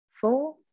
four